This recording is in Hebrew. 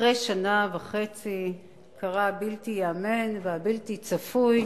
אחרי שנה וחצי קרה הבלתי-ייאמן והבלתי-צפוי: